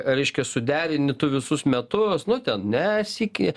reiškia suderini tu visus metus nu ten ne sykį